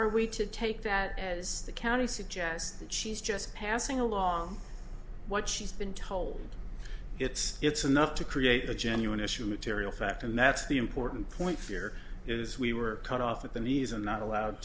are we to take that as the county suggests that she's just passing along what she's been told it's it's enough to create a genuine issue material fact and that's the important point here is we were cut off at the knees and not allowed